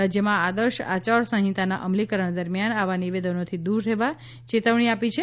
રાજ્યમાં આદર્શ આચારસંહિતાના અમલીકરણ દરમિયાન આવા નિવેદનોથી દૂર રહેવા ચેતવણી આપી છે